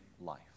life